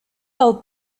del